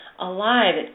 alive